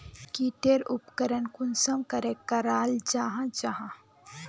की टेर उपकरण कुंसम करे कराल जाहा जाहा?